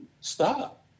stop